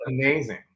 amazing